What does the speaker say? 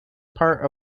part